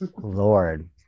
Lord